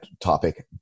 topic